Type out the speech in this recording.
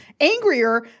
angrier